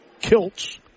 kilts